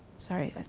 sorry,